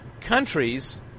countries